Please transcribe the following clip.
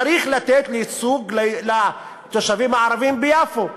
צריך לתת ייצוג לתושבים הערבים ביפו.